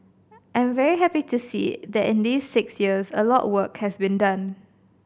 I'm very happy to see that in these six years a lot of work has been done